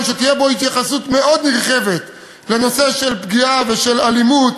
שתהיה בו התייחסות מאוד נרחבת לנושא של פגיעה ושל אלימות,